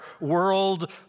world